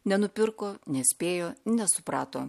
nenupirko nespėjo nesuprato